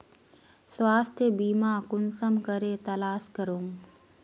स्वास्थ्य बीमा कुंसम करे तलाश करूम?